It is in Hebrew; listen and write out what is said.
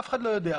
אף אחד לא יודע.